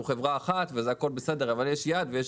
אנחנו חברה אחת והכל בסדר אבל יש יד ויש